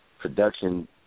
production